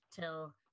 till